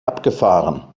abgefahren